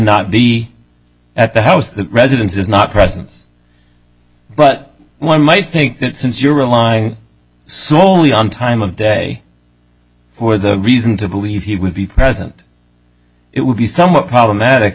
not be at the house the residence is not presence but one might think that since you rely solely on time of day who are the reason to believe he would be present it would be somewhat problematic